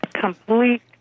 complete